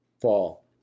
fall